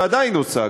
ועדיין עושה,